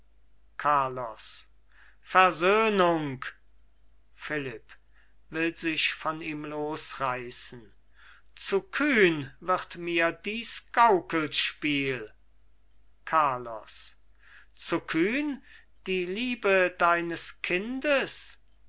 carlos versöhnung philipp will sich von ihm losreißen zu kühn wird mir dies gaukelspiel carlos zu kühn die liebe deines kindes